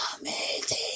amazing